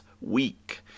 week